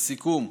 לסיכום,